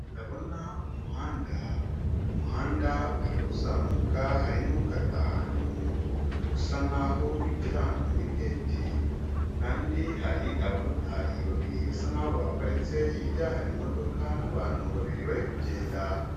Ndabona umuhanda, umuhanda hari uzamuka hari n'ukata ahantu usa nk'aho winjira ahantu muri geti kandi hari abamotari babiri basa nk'aho bahaparitse, hirya hari imodoka n'abantu babiri bari kugenda.